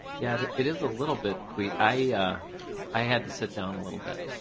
yeah it is a little bit i i had to sit down a little bit.